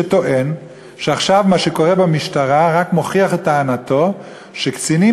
שטוען שמה עכשיו קורה במשטרה רק מוכיח את טענתו שקצינים